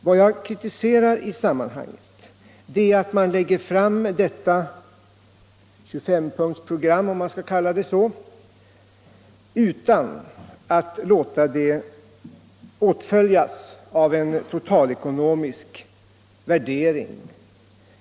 Vad jag kritiserar i sammanhanget är att man lägger fram detta 25 punktsprogram — för att kalla det så — utan att låta det åtföljas av en totalekonomisk värdering.